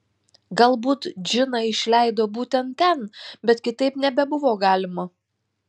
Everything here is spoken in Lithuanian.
galbūt džiną išleido būtent ten bet kitaip nebebuvo galima